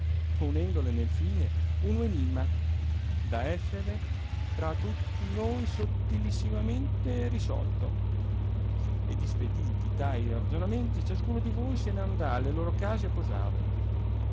raccontare ponendole nel fine uno enimma da essere tra tutti noi sottilissimamente risolto ed ispediti tai ragionamenti ciascuno di voi se n'anderà alle loro case a posare